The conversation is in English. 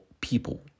people